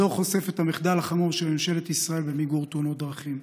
הדוח חושף את המחדל החמור של ממשלת ישראל במיגור תאונות דרכים.